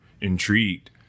intrigued